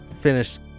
finished